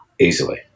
Easily